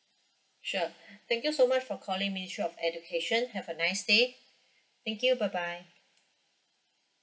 sure thank you so much for calling ministry of education have a nice day thank you bye bye